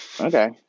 Okay